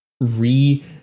re